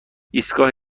ایستگاه